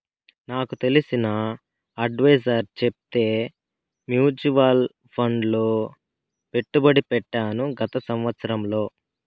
నాకు తెలిసిన అడ్వైసర్ చెప్తే మూచువాల్ ఫండ్ లో పెట్టుబడి పెట్టాను గత సంవత్సరంలో